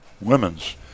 women's